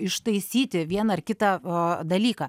ištaisyti vieną ar kitą dalyką